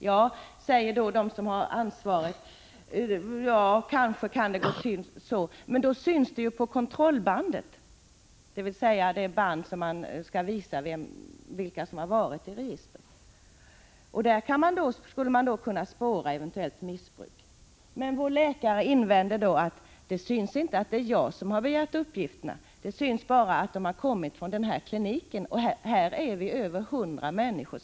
Ja, säger de som har ansvaret, kanske kan det gå till så, men då syns det på kontrollbandet, dvs. det band som skall visa vilka som fått information ur registret. Därigenom skulle man kunna spåra eventuellt missbruk. Men vår läkare invänder då att det inte syns att det är just han som begärt uppgifterna. Det syns bara att begäran om uppgifterna kommit från hans klinik, och där arbetar över 100 människor.